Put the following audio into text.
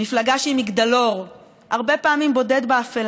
מפלגה שהיא הרבה פעמים מגדלור